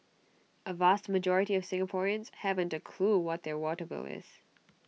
A vast majority of Singaporeans haven't A clue what their water bill is